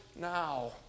now